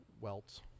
welts